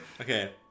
Okay